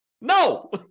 No